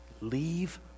leave